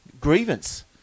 grievance